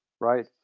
Right